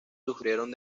sufrieron